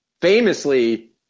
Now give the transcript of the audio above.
famously